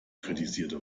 kritisierte